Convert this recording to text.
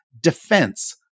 defense